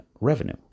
revenue